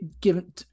given